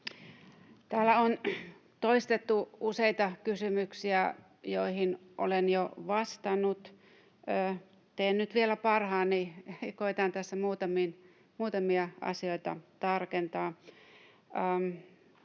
Täällä on toistettu useita kysymyksiä, joihin olen jo vastannut. Teen nyt vielä parhaani ja koetan tässä muutamia asioita tarkentaa.